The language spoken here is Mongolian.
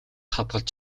хадгалж